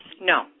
No